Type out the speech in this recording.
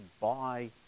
buy